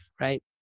right